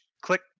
Click